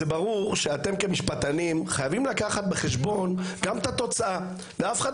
זה ברור שאתם כמשפטנים חייבים לקחת בחשבון גם את התוצאה ואף אחד